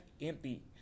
empty